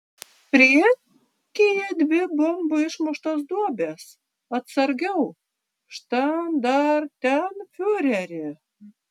priekyje dvi bombų išmuštos duobės atsargiau štandartenfiureri